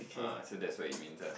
ah so that's what it means ah